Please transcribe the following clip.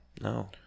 no